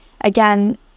Again